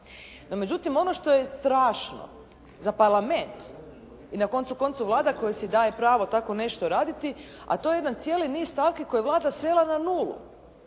No međutim ono što je strašno za Parlament i na koncu konca Vlada koja si daje pravo takvo nešto raditi, a to je jedan cijeli niz stavki koji je Vlada svela na nulu.